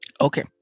Okay